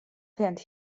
während